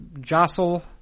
jostle